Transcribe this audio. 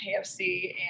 kfc